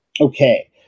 Okay